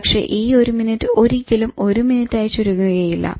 പക്ഷെ ഈ 1 മിനിറ്റ് ഒരിക്കലും 1 മിനിറ്റായി ചുരുങ്ങുകയില്ല